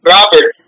Robert